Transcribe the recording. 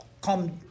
come